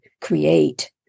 create